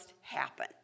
happen